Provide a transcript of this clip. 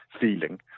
feeling